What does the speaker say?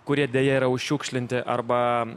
kurie deja yra užšiukšlinti arba